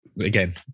Again